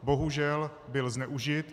Bohužel byl zneužit.